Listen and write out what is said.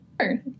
Sure